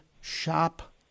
shop